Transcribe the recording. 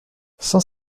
cent